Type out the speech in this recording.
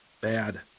Bad